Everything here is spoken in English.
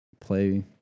play